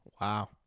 Wow